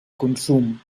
consum